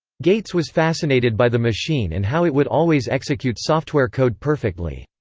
gates was fascinated by the machine and how it would always execute software code perfectly.